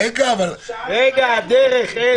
רגע, הדרך.